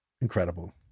incredible